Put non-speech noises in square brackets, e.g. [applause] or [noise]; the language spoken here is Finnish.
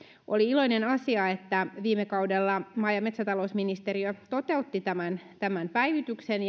oli iloinen asia että viime kaudella maa ja metsätalousministeriö toteutti tämän tämän päivityksen [unintelligible]